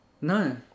No